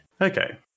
Okay